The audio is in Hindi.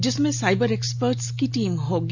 जिसमें साइबर एक्सपर्ट्स की टीम होगी